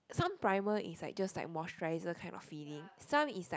some primer is like just like moisturiser kind of feeling some is like